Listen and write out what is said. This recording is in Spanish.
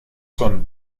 son